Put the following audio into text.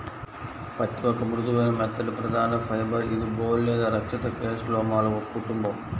పత్తిఒక మృదువైన, మెత్తటిప్రధానఫైబర్ఇదిబోల్ లేదా రక్షిత కేస్లోమాలో కుటుంబం